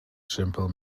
simpel